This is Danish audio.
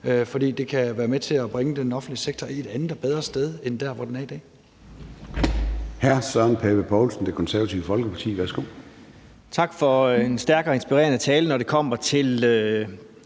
for det kan være med til at bringe den offentlige sektor til et andet og bedre sted end der, hvor den er i dag.